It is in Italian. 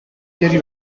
piedi